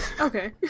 okay